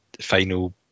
final